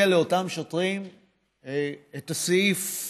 נציגים של אותם שוטרים שעמלו על היום הזה נמצאים פה ביציעים השונים,